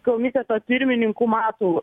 komiteto pirmininku matulu